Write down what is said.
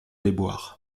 déboires